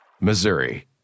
Missouri